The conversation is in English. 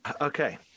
Okay